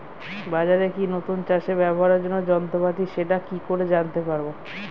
বাজারে কি নতুন চাষে ব্যবহারের জন্য যন্ত্রপাতি সেটা কি করে জানতে পারব?